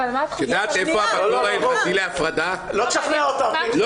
אני חושבת שההפרדה בכניסה לשמורות טבע